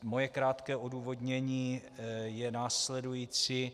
Moje krátké odůvodnění je následující.